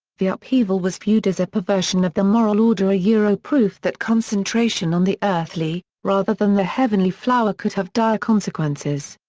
the upheaval was viewed as a perversion of the moral order yeah proof that concentration on the earthly, rather than the heavenly flower could have dire consequences.